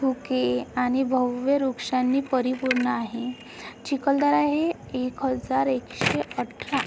धुके आणि भव्य वृक्षांनी परिपूर्ण आहे चिखलदरा हे एक हजार एकशे अठरा